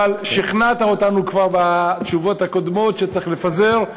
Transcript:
אבל שכנעת אותנו כבר בתשובות הקודמות שצריך לפזר.